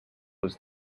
was